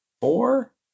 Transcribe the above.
four